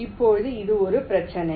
இப்போது இது ஒரு பிரச்சினை